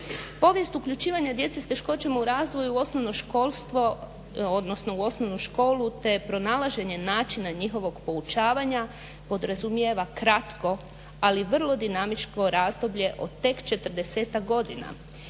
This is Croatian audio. Povijest uključivanja djece s teškoćama u razvoju u osnovnu školu te pronalaženje načina njihovog poučavanja podrazumijeva kratko ali vrlo dinamičko razdoblje od tek četrdesetak